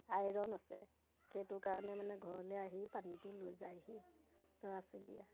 iron আছে সেইটো কাৰণে মানে ঘৰলৈ আহি পানীটো লৈ যায়হি ল'ৰা ছোৱালীয়ে